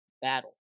battle